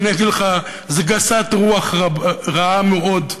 ואני אגיד לך, זו גסות רוח רעה מאוד.